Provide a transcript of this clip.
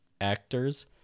actors